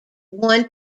one